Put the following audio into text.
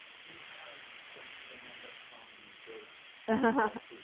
you have some standup comedy jokes but